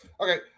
Okay